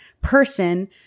person